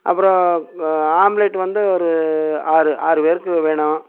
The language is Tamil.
அப்பறம் ஆம்ப்லேட் வந்து ஒரு ஆறு ஆறு பேருக்கு வேணும்